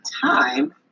time